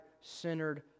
centered